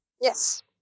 Yes